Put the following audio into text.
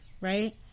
right